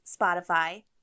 Spotify